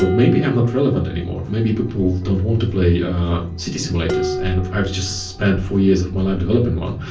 but maybe i'm not relevant anymore. maybe people don't want to play city simulators and i've just spent four years of my life developing one.